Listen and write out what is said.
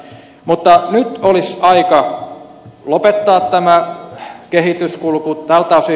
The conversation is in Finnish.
mutta nyt olisi aika lopettaa tämä kehityskulku tältä osin